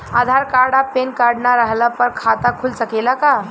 आधार card आ PAN card ना रहला पर खाता खुल सकेला का?